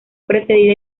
precedida